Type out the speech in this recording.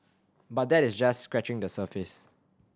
but that is just scratching the surface